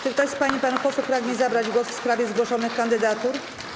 Czy ktoś z pań i panów posłów pragnie zabrać głos w sprawie zgłoszonych kandydatur?